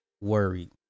worried